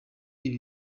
ibi